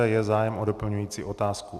Je zájem o doplňující otázku?